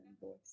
voice